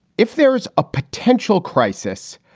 if there's a potential crisis.